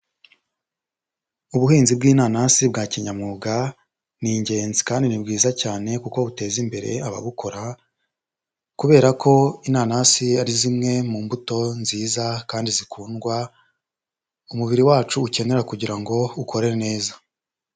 Ubuhinzi bw'inanasi bwa kinyamwuga, ni ingenzi kandi ni bwiza cyane kuko buteza imbere ababukora kubera ko inanasi ari zimwe mu mbuto nziza kandi zikundwa, umubiri wacu ukenera kugira ngo ukore neza.